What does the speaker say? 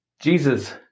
Jesus